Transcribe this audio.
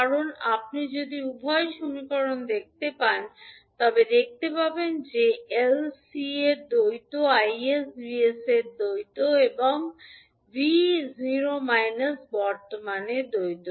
কারণ আপনি যদি উভয় সমীকরণ দেখতে পান তবে দেখতে পাবেন যে এল সি এর দ্বৈত 𝐼 𝑠 𝑉 𝑠 এর দ্বৈত এবং 𝑣 0− কারেন্টর দ্বৈত